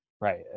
right